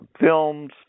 films